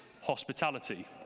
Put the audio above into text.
hospitality